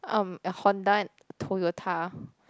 um a Honda and Toyota